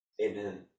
Amen